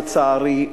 לצערי,